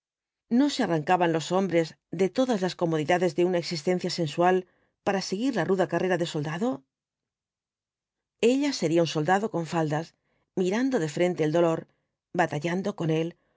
no se arrancaban los hombres de todas las comodidades de una existencia sensual para seguir la ruda carrera del soldado ella sería un soldado con faldas mirando de frente el dolor batallando con él